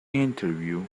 interview